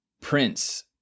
Prince